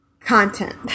Content